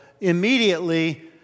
immediately